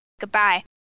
Goodbye